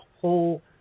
whole